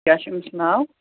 کیٛاہ چھُ أمِس ناو